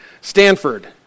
Stanford